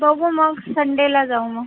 बघू मग संडेला जाऊ मग